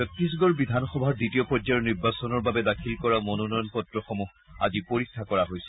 ছত্তিশগড় বিধানসভাৰ দ্বিতীয় পৰ্যায়ৰ নিৰ্বাচনৰ বাবে দাখিল কৰা মনোনয়ন পত্ৰসমূহ আজি পৰীক্ষা কৰা হৈছে